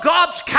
God's